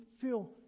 feel